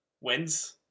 wins